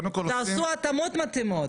תעשו התאמות מתאימות.